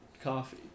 coffee